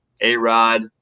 A-Rod